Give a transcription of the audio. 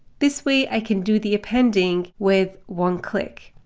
this way i can do the appending with one click.